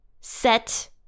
set